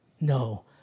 No